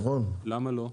למה לא?